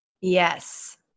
Yes